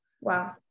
wow